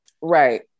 right